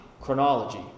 chronology